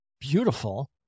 beautiful